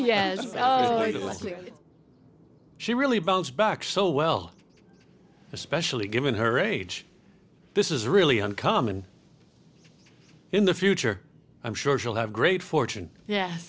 leslie she really belts back so well especially given her age this is really uncommon in the future i'm sure she'll have great fortune ye